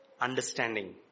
understanding